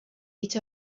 eat